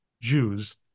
Jews